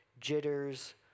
jitters